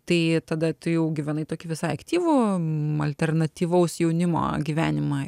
tai tada tu jau gyvenai tokį visai aktyvų alternatyvaus jaunimo gyvenimą